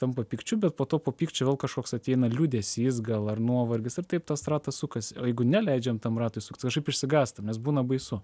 tampa pykčiu bet po to po pykčio vėl kažkoks ateina liūdesys gal ar nuovargis ir taip tas ratas sukasi o jeigu neleidžiam tam ratui suktis kažkaip išsigąstam nes būna baisu